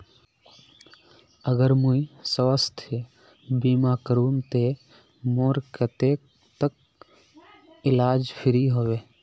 अगर मुई स्वास्थ्य बीमा करूम ते मोर कतेक तक इलाज फ्री होबे?